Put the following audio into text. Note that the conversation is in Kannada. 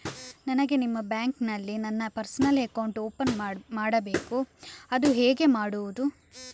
ನನಗೆ ನಿಮ್ಮ ಬ್ಯಾಂಕಿನಲ್ಲಿ ನನ್ನ ಪರ್ಸನಲ್ ಅಕೌಂಟ್ ಓಪನ್ ಮಾಡಬೇಕು ಅದು ಹೇಗೆ ಮಾಡುವುದು?